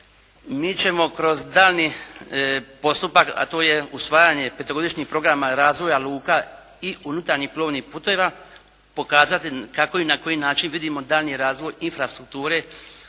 mi ćemo kroz daljnji postupak a to je usvajanje petogodišnjeg programa razvoja luka i unutarnjih plovnih putova pokazati kako i na koji način vidimo daljnji razvoj infrastrukture